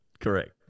Correct